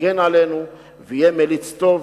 תגן עלינו ויהיה מליץ טוב